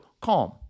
CALM